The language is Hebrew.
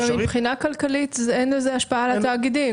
מבחינה כלכלית אין לזה השפעה על התאגידים.